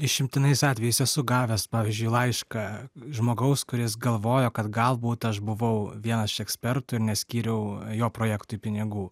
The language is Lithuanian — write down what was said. išimtinais atvejais esu gavęs pavyzdžiui laišką žmogaus kuris galvojo kad galbūt aš buvau vienas iš ekspertų ir neskyriau jo projektui pinigų